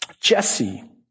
Jesse